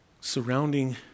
surrounding